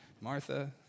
Martha